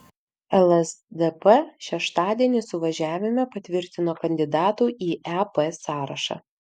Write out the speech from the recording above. lsdp šeštadienį suvažiavime patvirtino kandidatų į ep sąrašą